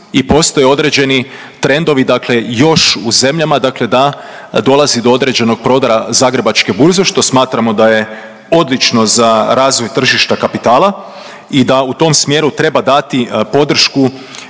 i postoje određeni trendovi dakle još u zemljama dakle da dolazi do određenog prodora Zagrebačke burze, što smatramo da je odlično za razvoj tržišta kapitala i da u tom smjeru treba dati podršku,